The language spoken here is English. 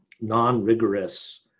non-rigorous